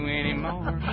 anymore